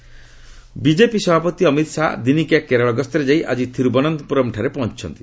Amit Shah BJP ସଭାପତି ଅମିତ ଶାହା ଦିନିକିଆ କେରଳ ଗସ୍ତରେ ଯାଇ ଆଜି ଥିରୁବନନ୍ତପୁରମ୍ଠାରେ ପହଞ୍ଚିଛନ୍ତି